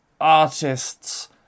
artists